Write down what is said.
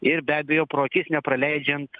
ir be abejo pro akis nepraleidžiant